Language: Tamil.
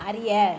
அறிய